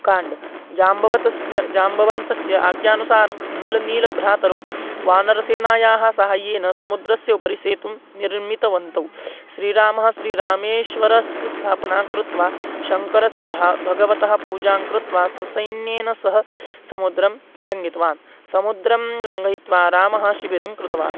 काण्डं जाम्बवतः जाम्बवतः आज्ञानुसारं नलनीलभ्रातरौ वानरसेनायाः सहायेन समुद्रस्य उपरि सेतुं निर्मितवन्तौ श्रीरामः श्रीरामेश्वरस्य स्थापनां कृत्वा शङ्करस्य भा भगवतः पूजां कृत्वा स्वसैन्येन सह समुद्रं लङ्घितवान् समुद्रं लङ्घयित्वा रामः शिबिरं कृतवान्